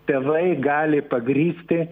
tėvai gali pagrįsti